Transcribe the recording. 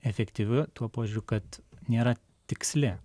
efektyvi tuo požiūriu kad nėra tiksli